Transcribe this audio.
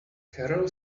carol